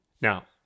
Now